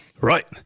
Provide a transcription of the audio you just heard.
Right